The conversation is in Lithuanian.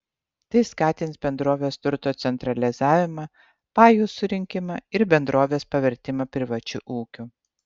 tai skatins bendrovės turto centralizavimą pajų supirkimą ir bendrovės pavertimą privačiu ūkiu